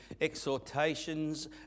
exhortations